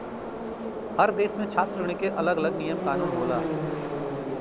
हर देस में छात्र ऋण के अलग अलग नियम कानून होला